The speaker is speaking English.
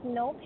no